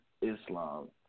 Islam